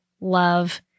love